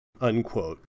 unquote